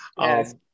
Yes